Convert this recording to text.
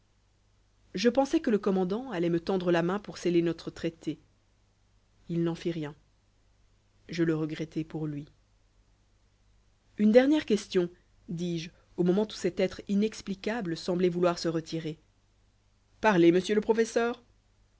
je pensais que le commandant allait me tendre la main pour sceller notre traité il n'en fit rien je le regrettai pour lui une dernière question dis-je au moment où cet être inexplicable semblait vouloir se retirer parlez monsieur le professeur